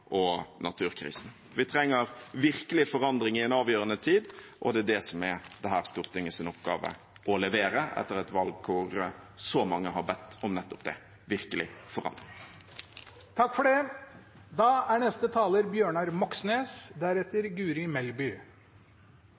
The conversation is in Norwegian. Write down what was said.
og naturkrisen. Vi trenger virkelig forandring i en avgjørende tid, og det er det som er dette stortingets oppgave å levere, etter et valg der så mange har bedt om nettopp det – virkelig forandring.